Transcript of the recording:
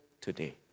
today